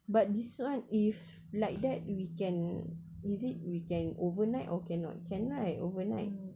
but this one if like that we can is it we can overnight or cannot can right overnight